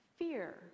Fear